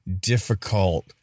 difficult